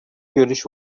görüş